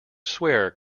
swear